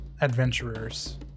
adventurers